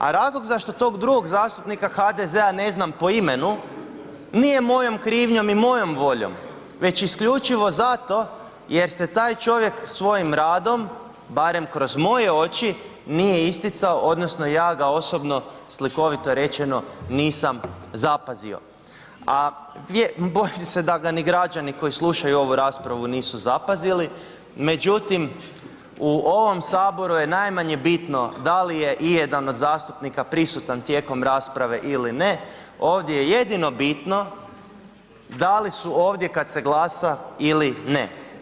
A razlog zašto tog drugog zastupnika HDZ-a ne znam po imenu nije mojom krivnjom i mojom voljom već isključivo zato jer se taj čovjek svojim radom barem kroz moje oči nije isticao odnosno ja ga osobno slikovito rečeno, nisam zapazio a bojim se da ga ni građani koji slučaju ovu raspravu nisu zapazili međutim u ovom Saboru je najmanje bitno da li je ijedan od zastupnika prisutan tijekom rasprave ili ne, ovdje je jedino bitno da li ovdje kad se glasa ili ne.